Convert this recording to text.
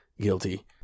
guilty